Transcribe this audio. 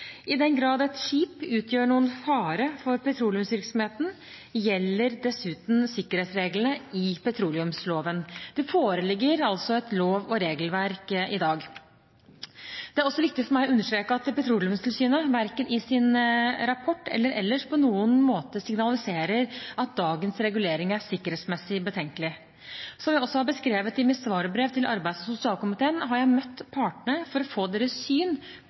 I den grad et skip utgjør noen fare for petroleumsvirksomheten, gjelder dessuten sikkerhetsreglene i petroleumsloven. Det foreligger altså et lov- og regelverk i dag. Det er også viktig for meg å understreke at Petroleumstilsynet verken i sin rapport eller ellers på noen måte signaliserer at dagens regulering er sikkerhetsmessig betenkelig. Som jeg også har beskrevet i mitt svarbrev til arbeids- og sosialkomiteen, har jeg møtt partene for å få deres syn